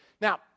Now